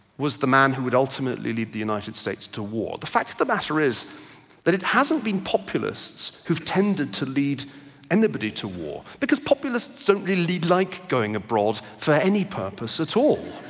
was the man who would ultimately lead the united states to war. the fact of the matter is that it hasn't been populists who have tended to lead anybody to war because populists don't really like going abroad for any purpose at all.